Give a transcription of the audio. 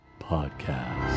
podcast